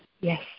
yes